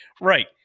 Right